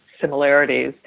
similarities